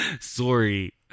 Sorry